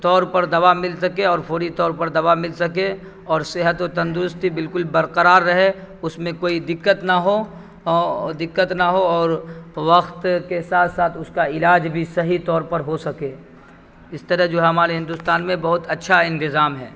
طور پر دوا مل سکے اور فوری طور پر دوا مل سکے اور صحت و تندرستی بالکل برقرار رہے اس میں کوئی دقت نہ ہو دقت نہ ہو اور وقت کے ساتھ ساتھ اس کا علاج بھی صحیح طور پر ہو سکے اس طرح جو ہمارے ہندوستان میں بہت اچھا انتظام ہے